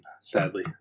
sadly